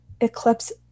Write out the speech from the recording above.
eclipse